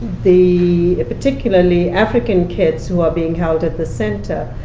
the particularly african kids, who are being held at the center,